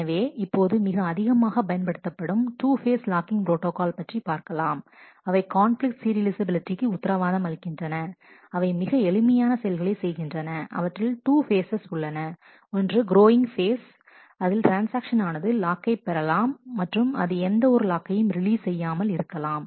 எனவே இப்போது மிக அதிகமாக பயன்படுத்தப்படும் 2 ஃபேஸ் லாக்கிங் ப்ரோட்டாகால் பற்றி பார்க்கலாம் அவை கான்பிலிக்ட் சீரியலைஃசபிலிட்டிக்கு உத்தரவாதம் அளிக்கின்றன அவை மிக எளிமையான செயல்களை செய்கின்றன அவற்றில் 2 பேஜஸ் உள்ளன ஒன்று குரோயிங் ஃபேஸ் அதில் ட்ரான்ஸ்ஆக்ஷன் ஆனது லாக்கை பெறலாம் மற்றும் அது எந்த ஒரு லாக்கையும் ரிலீஸ் செய்யாமல் இருக்கலாம்